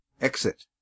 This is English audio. exit